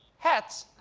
hats.